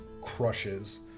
crushes